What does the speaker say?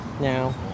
now